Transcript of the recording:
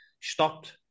stopped